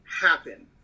happen